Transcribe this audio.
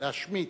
להשמיט.